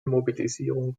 mobilisierung